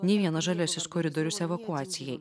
nei vienas žaliasis koridorius evakuacijai